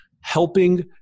helping